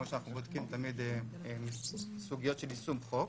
כמו שאנחנו בודקים תמיד סוגיות של יישום חוק,